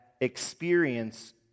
experience